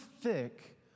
thick